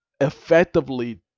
effectively